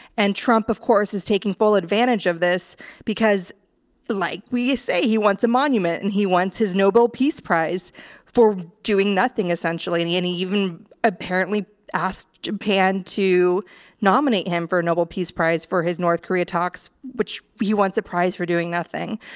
and trump of course is taking full advantage of this because like we say, he wants a monument and he wants his nobel peace prize for doing nothing. essentially. and he, and he even apparently asked japan to nominate him for a nobel peace prize for his north korea talks, which he wants a prize for doing nothing.